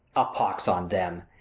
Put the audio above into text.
a pox on em,